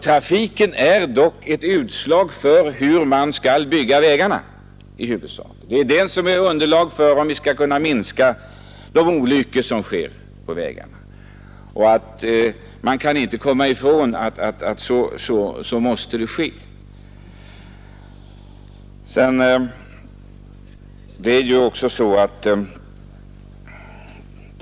Trafiken är dock utslagsgivande för hur man skall bygga vägarna. Och detta blir avgörande för om vi skall kunna minska de olyckor som sker på vägarna. Man kan inte komma ifrån att det är på detta sätt.